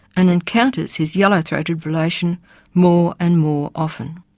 and encounters his yellow-throated relation more and more often.